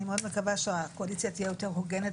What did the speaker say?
אני מאוד מקווה שהקואליציה תהיה יותר הוגנת